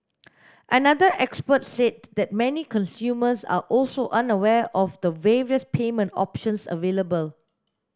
another expert said that many consumers are also unaware of the various payment options available